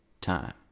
time